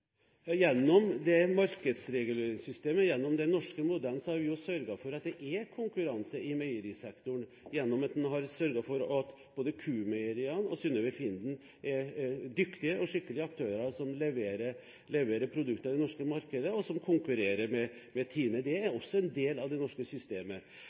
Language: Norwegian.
Gjennom dette markedsreguleringssystemet – gjennom den norske modellen – har vi sørget for at det er konkurranse i meierisektoren ved at man har sørget for at både Q-meieriene og Synnøve Finden er dyktige og skikkelige aktører som leverer produkter til det norske markedet, og som konkurrerer med Tine. Det er også en del av det norske systemet.